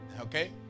okay